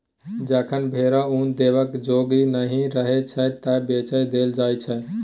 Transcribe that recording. जखन भेरा उन देबाक जोग नहि रहय छै तए बेच देल जाइ छै